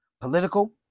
Political